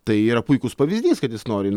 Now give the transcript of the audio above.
tai yra puikus pavyzdys kad jis nori